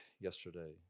yesterday